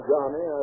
Johnny